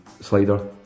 slider